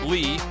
Lee